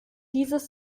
dieses